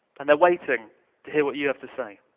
and they are waiting to hear what you have to say.